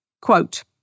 quote